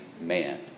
man